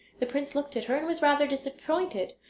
the prince looked at her and was rather disappointed.